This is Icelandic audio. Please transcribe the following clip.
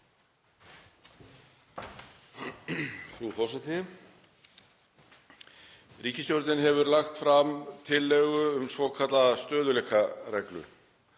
Frú forseti. Ríkisstjórnin hefur lagt fram tillögu um svokallaða stöðugleikareglu.